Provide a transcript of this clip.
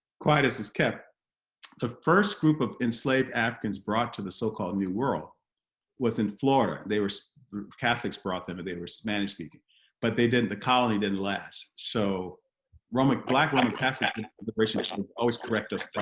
quietus is kept the first group of enslaved africans brought to the so-called new world was in florida they were catholics brought them and they were spanish-speaking but they didn't the colony didn't last so roma black woman catholic liberation would always correct us from